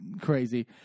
crazy